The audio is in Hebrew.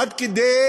עד כדי